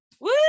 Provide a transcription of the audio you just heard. Woo